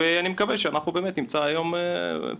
ואני מקווה שאנחנו באמת נמצא היום פתרונות